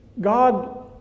God